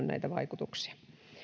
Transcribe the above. näitä vaikutuksia